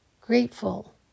grateful